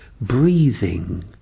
breathing